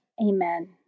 Amen